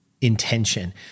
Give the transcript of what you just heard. intention